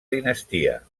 dinastia